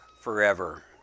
forever